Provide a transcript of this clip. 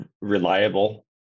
reliable